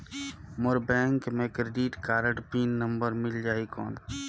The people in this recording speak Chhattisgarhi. मोर बैंक मे क्रेडिट कारड पिन नंबर मिल जाहि कौन?